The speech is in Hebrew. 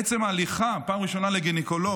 עצם ההליכה פעם ראשונה לגינקולוג,